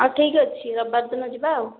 ଆଉ ଠିକ୍ ଅଛି ରବିବାର ଦିନ ଯିବା ଆଉ